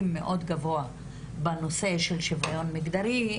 מאוד גבוה בנושא של שוויון מגדרי,